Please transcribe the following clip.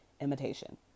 imitation